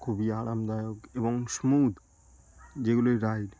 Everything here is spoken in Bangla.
খুবই আরামদায়ক এবং স্মুথ যেগুলির রাইড